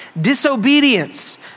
Disobedience